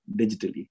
digitally